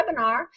webinar